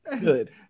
good